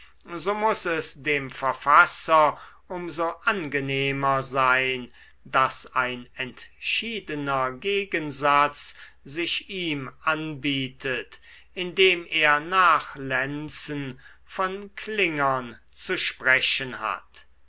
so muß es dem verfasser um so angenehmer sein daß ein entschiedener gegensatz sich ihm anbietet indem er nach lenzen von klingern zu sprechen hat